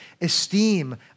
esteem